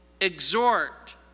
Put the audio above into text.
Exhort